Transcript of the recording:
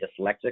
dyslexic